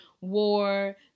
war